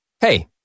Hey